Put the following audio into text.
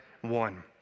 one